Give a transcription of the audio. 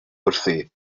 wrthi